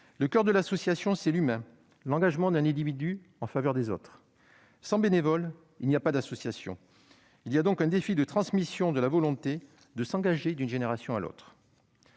Le coeur de l'association, c'est l'humain, l'engagement d'un individu en faveur des autres. Sans bénévoles, il n'y a pas d'association. La transmission de la volonté de s'engager d'une génération à l'autre